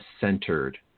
centered